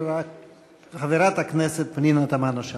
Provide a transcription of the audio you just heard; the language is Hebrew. חברת הכנסת פנינה תמנו-שטה.